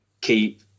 keep